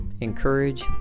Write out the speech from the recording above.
encourage